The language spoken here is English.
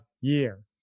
year